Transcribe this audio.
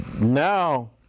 Now